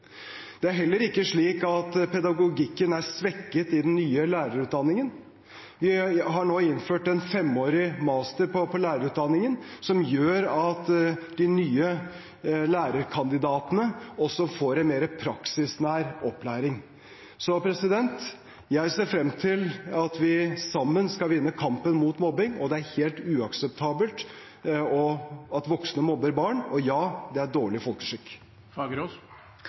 Det er heller ikke slik at pedagogikken er svekket i den nye lærerutdanningen. Vi har nå innført en femårig mastergrad i lærerutdanningen, som gjør at de nye lærerkandidatene får en mer praksisnær opplæring. Jeg ser frem til at vi sammen skal vinne kampen mot mobbing. Det er helt uakseptabelt at voksne mobber barn – og ja, det er dårlig folkeskikk.